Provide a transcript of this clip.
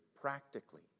practically